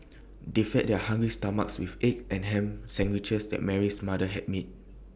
they fed their hungry stomachs with egg and Ham Sandwiches that Mary's mother had made